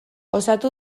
osatu